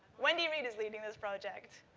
wendy reid is leading this project.